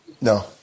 No